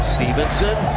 Stevenson